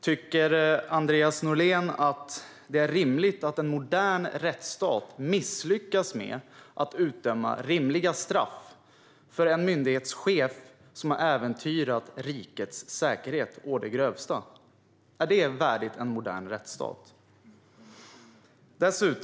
Tycker Andreas Norlén att det är rimligt att en modern rättsstat misslyckas med att utdöma rimliga straff för en myndighetschef som har äventyrat rikets säkerhet å det grövsta? Är det värdigt en modern rättsstat?